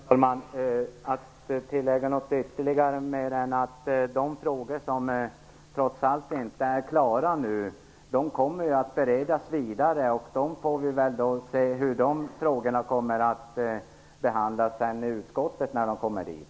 Herr talman! Jag skall inte tillägga något mer än att de frågor som trots allt inte är klara nu kommer att beredas vidare. Hur de frågorna kommer att behandlas i utskottet får vi se när de kommer dit.